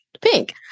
pink